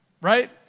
right